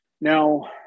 now